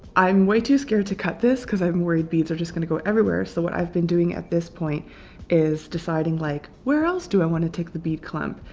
i'm way too scared to cut this because i'm worried beads are just gonna go everywhere so what i've been doing at this point is deciding like where else do i want to take the bead clump.